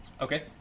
Okay